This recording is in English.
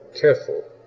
careful